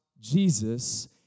Jesus